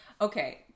okay